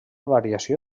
variació